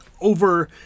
over-